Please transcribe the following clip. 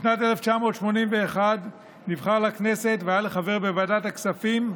בשנת 1981 נבחר לכנסת והיה לחבר בוועדת הכספים,